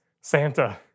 Santa